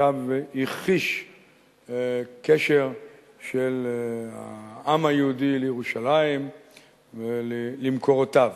שב והכחיש קשר של העם היהודי לירושלים ולמקורותיו.